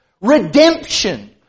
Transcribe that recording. Redemption